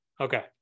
Okay